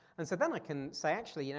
and so then i can say actually, you know,